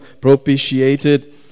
propitiated